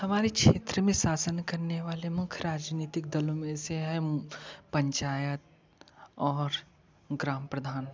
हमारे क्षेत्र में शासन करने वाले मुख्य राजनीतिक दलों में जैसे है पंचायत और ग्राम प्रधान